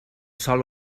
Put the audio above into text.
sòl